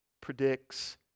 predicts